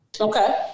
Okay